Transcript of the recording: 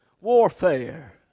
warfare